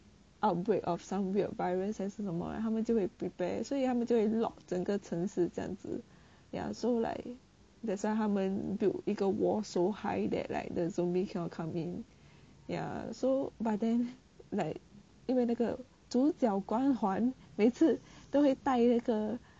outbreak of some weird virus 还是那么他们就会 prepare 所以他们就会 lock 整个城市这样子 ya so like that's why 他们 build 一个 wall so high that like the zombie cannot come in ya so but then like 因为那个主角光环每次都会带那个